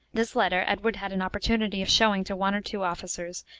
this letter edward had an opportunity of showing to one or two officers,